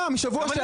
משבוע שעבר.